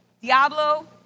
diablo